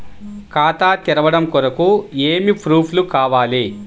ఖాతా తెరవడం కొరకు ఏమి ప్రూఫ్లు కావాలి?